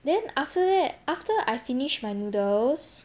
then after that after I finished my noodles